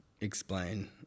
explain